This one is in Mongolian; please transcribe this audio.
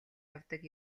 явдаг